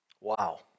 Wow